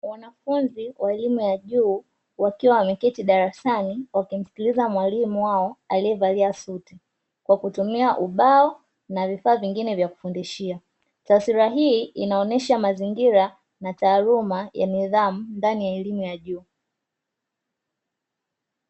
Wanafunzi wa elimu ya juu wakiwa wameketi darasani wakimsikiliza mwalimu wao alievalia suti. Kwa kutumia ubao na vifaa vingine vya kufundishia, taswira hii inaonesha mazingira na taaluma ya nidhamu ndani ya elimu ya juu.